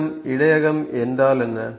இடம் இடையகம் என்றால் என்ன